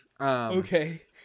Okay